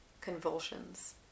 Convulsions